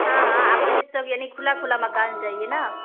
ہاں ہاں آپ کو اس سب یعنی کھلا کھلا مکان چاہیے نا